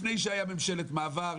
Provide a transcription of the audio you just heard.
לפני שהייתה ממשלת מעבר,